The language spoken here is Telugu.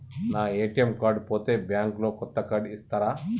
నా ఏ.టి.ఎమ్ కార్డు పోతే బ్యాంక్ లో కొత్త కార్డు ఇస్తరా?